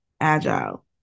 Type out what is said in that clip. agile